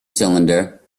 cylinder